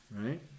right